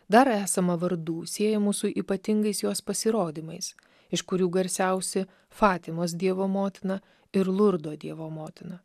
dar esama vardų siejamų su ypatingais jos pasirodymais iš kurių garsiausi fatimos dievo motina ir lurdo dievo motina